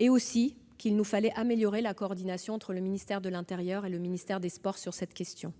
Enfin, il nous faut améliorer la coordination entre le ministère de l'intérieur et le ministère des sports sur cette question.